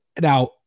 Now